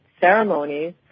ceremonies